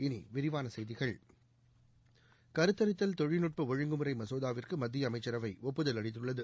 இனி விரிவான செய்திகள் கருத்தரித்தல் தொழில்நுட்ப ஒழுங்குமுறை மசோதாவிற்கு மத்திய அமைச்சரவை ஒப்புதல் அளித்துள்ளது